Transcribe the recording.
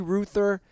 Ruther